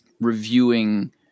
reviewing